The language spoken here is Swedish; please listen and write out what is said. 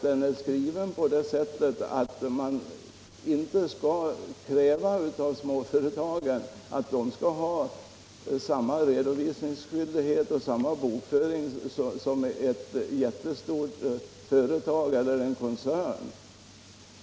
Den är skriven på det sättet att man inte av småföretagen kräver samma redovisningsskyldighet och samma bokföring som av ett jättestort företag eller av en koncern.